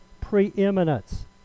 preeminence